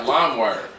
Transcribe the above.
Limewire